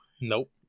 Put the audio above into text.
nope